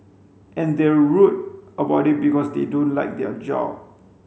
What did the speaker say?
and they're rude about it because they don't like their job